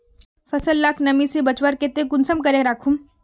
फसल लाक नमी से बचवार केते कुंसम करे राखुम?